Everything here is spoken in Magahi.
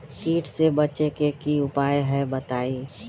कीट से बचे के की उपाय हैं बताई?